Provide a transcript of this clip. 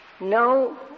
no